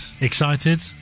excited